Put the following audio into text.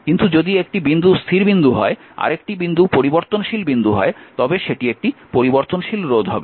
কিন্তু যদি একটি বিন্দু স্থির বিন্দু হয় আর আরেকটি পরিবর্তনশীল বিন্দু হয় তবে সেটি একটি পরিবর্তনশীল রোধ হবে